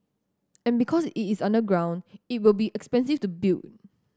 and because it is underground it will be expensive to build